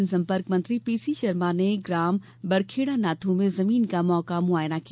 जनसम्पर्क मंत्री P C Sharma ने ग्राम बरखेड़ा नाथू में जमीन का मौका मुआयना किया